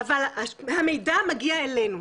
המידע מגיע אלינו.